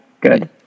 Good